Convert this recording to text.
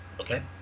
Okay